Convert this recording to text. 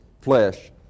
flesh